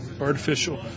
artificial